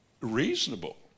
Reasonable